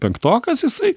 penktokas jisai